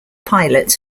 pilot